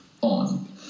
on